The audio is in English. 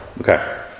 Okay